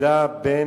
שאיבדה בן,